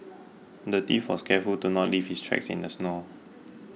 the thief was careful to not leave his tracks in the snow